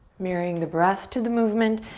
mirroring the breath to the movement,